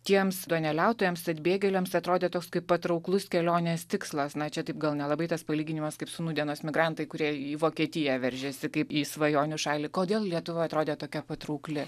tiems duoneliautojomis atbėgėliams atrodė toks kaip patrauklus kelionės tikslas na čia taip gal nelabai tas palyginimas kaip su nūdienos migrantai kurie į vokietiją veržiasi kaip į svajonių šalį kodėl lietuvoje atrodė tokia patraukli